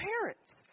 parents